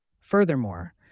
Furthermore